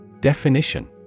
Definition